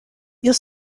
ils